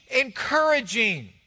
encouraging